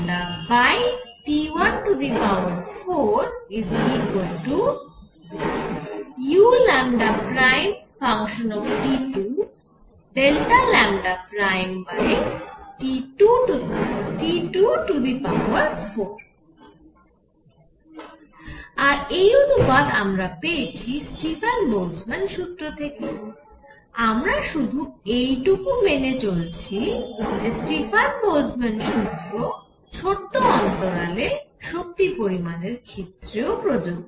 আর এই অনুপাত আমরা পেয়েছি স্টিফান বোলজম্যান সুত্র থেকে আমরা শুধু এই টুকু মেনে চলছি যে স্টিফান বোলজম্যান সুত্র ছোট অন্তরালে শক্তি পরিমানের ক্ষেত্রেও প্রযোজ্য